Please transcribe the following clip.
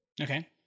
Okay